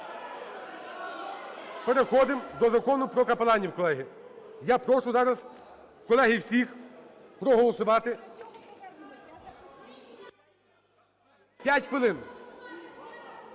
переходимо до Закону про капеланів, колеги. Я прошу зараз, колеги, всіх проголосувати… 5 хвилин.